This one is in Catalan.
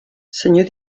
senyor